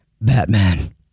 Batman